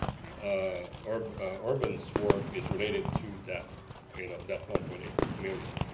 ah um urban's work is related to that you know that one point eight million.